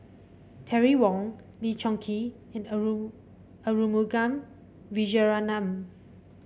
Terry Wong Lee Choon Kee and Arumugam Vijiaratnam